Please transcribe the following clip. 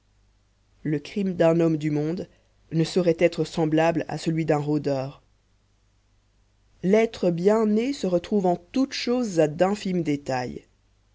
le crime d'un homme du monde ne saurait être semblable à celui d'un rôdeur l'être bien né se retrouve en toutes choses à d'infimes détails